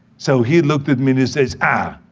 so he looked at me and he says, ah,